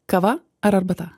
kava ar arbata